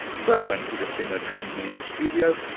so when peter singer joined me in the studio,